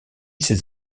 ses